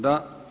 Da.